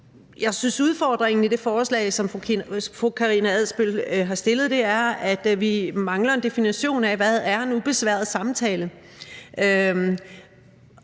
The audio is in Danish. Jeg synes, udfordringen i det forslag, som fru Karina Adsbøl har fremsat, er, at vi mangler en definition af, hvad en ubesværet samtale er.